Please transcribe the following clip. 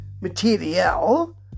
material